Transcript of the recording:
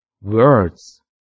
words